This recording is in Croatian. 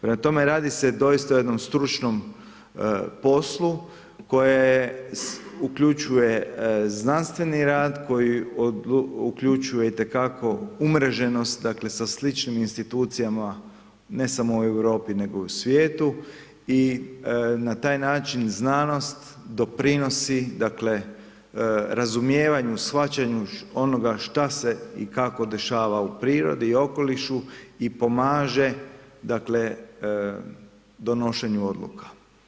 Prema tome, radi se doista o jednom stručnom poslu, koje je uključuje znanstveni rad, koji uključuje itekako umreženost sa sličnih institucija ne samo u Europi nego i u svijetu i na taj način, znanost doprinosi dakle, razumijevanju, shvaćanju onoga što se i kako dešava u prirodi i okolišu i pomaže dakle, donošenju odluka.